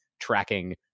tracking